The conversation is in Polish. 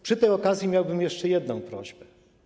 Przy tej okazji miałbym jeszcze jedną prośbę.